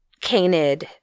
canid